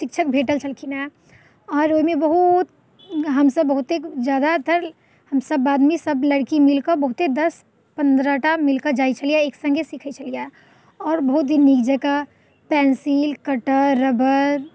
शिक्षक भेटल छलखिन हेँ आओर ओहिमे बहुत हमसब बहुते ज्यादातर हमसब आदमीसब लड़की मिलिके बहुते दस पनरह टा मिलिके जाइ छलिए एक सङ्गे सिखै छलिए आओर बहुत ही नीक जकाँ पेन्सिल कटर रबड़